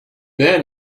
then